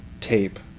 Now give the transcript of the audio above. tape